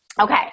Okay